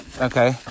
Okay